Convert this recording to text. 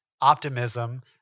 optimism